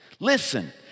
Listen